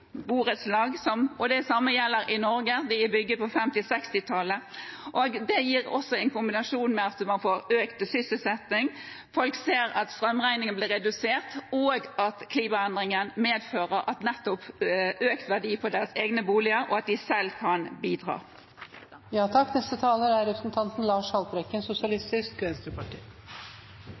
Det samme gjelder i Norge, med boliger bygget på 1950- og 1960-tallet. Det gir også en kombinasjon med at man får økt sysselsetting. Folk ser at strømregningen blir redusert, at klimaendringene medfører nettopp økt verdi på deres egne boliger, og at de selv kan